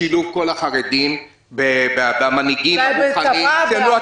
שילוב כל החרדים והמנהיגים הרוחניים ----- יוליה,